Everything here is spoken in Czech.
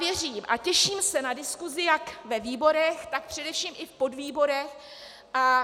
Věřím a těším se na diskuzi jak ve výborech, tak především i v podvýborech.